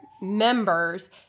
members